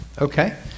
okay